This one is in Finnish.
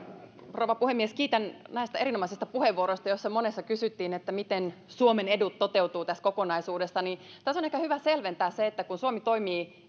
rouva puhemies kiitän näistä erinomaisista puheenvuoroista joista monessa kysyttiin miten suomen edut toteutuvat tässä kokonaisuudessa tässä on ehkä hyvä selventää se että kun suomi toimii